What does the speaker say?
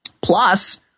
Plus